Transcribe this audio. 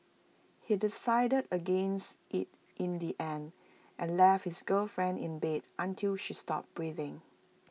he decided against IT in the end and left his girlfriend in bed until she stopped breathing